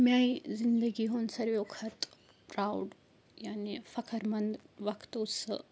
میانہِ زندگی ہُنٛد سارویو کھۄتہٕ پرٛاوُڈ یعنے فخٕر منٛد وقت اوس سُہ